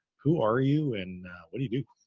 who are you and what do you do?